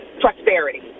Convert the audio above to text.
prosperity